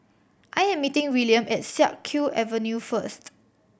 I am meeting Wiliam at Siak Kew Avenue first